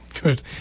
Good